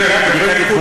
שלושה חודשים,